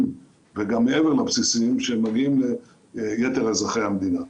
וגם מעבר לבסיסיים שמגיעים ליתר אזרחי המדינה.